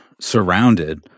surrounded